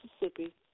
Mississippi